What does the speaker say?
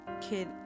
kid